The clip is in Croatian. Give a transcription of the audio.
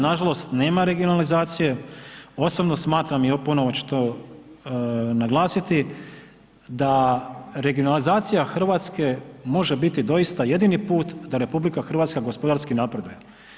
Nažalost nema regionalizacije osobno smatram i ponovo ću to naglasiti da regionalizacija Hrvatske može biti doista jedini put da RH gospodarski napreduje.